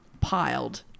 piled